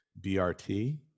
BRT